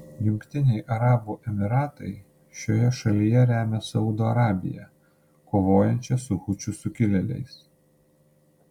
jungtiniai arabų emyratai šioje šalyje remia saudo arabiją kovojančią su hučių sukilėliais